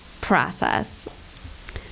process